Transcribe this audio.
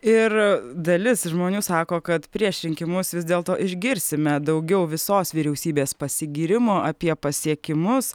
ir dalis žmonių sako kad prieš rinkimus vis dėlto išgirsime daugiau visos vyriausybės pasigyrimų apie pasiekimus